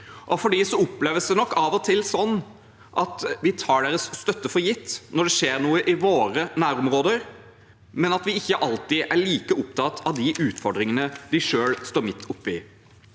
for dem oppleves det nok av og til som at vi tar deres støtte for gitt når det skjer noe i våre nærområder, men at vi ikke alltid er like opptatt av de utfordringene de selv står midt oppe